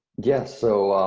yes, so